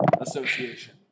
Association